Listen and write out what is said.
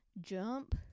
jump